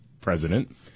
president